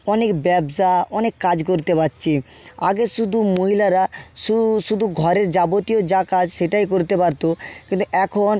অনেক ব্যবসা অনেক কাজ করতে পারছে আগে শুধু মহিলারা শু শুধু ঘরের যাবতীয় যা কাজ সেটাই করতে পারতো কিন্তু এখন